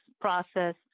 process